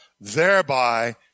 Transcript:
thereby